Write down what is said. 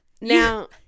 Now